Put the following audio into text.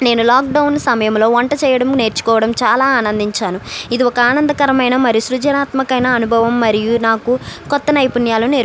నేను లాక్డౌన్ సమయంలో వంట చేయడం నేర్చుకోవడం చాలా ఆనందించాను ఇదొక ఆనందకరమైన మరియు సృజనాత్మకమైన అనుభవం మరియు నాకు కొత్త నైపుణ్యాలు